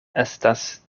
estas